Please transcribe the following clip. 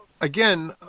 again